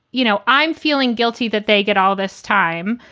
you know, i'm feeling guilty that they get all this time.